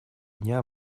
дня